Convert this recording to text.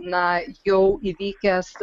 na jau įvykęs